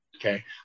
Okay